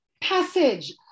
passage